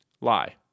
Lie